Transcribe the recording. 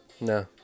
No